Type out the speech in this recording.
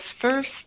first